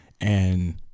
And-